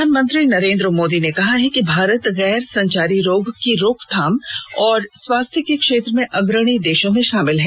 प्रधानमंत्री नरेन्द्र मोदी ने कहा है कि भारत गैर संचारी रोग की रोकथाम और स्वास्थ्य के क्षेत्र में अग्रणी देशों में शामिल है